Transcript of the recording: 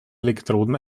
elektroden